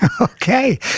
Okay